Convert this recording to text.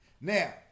Now